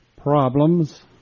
problems